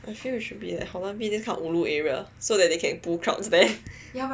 I feel it should be at Holland Village this kind of ulu area so that they can pull crowds there